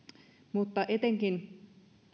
mutta etenkin